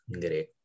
great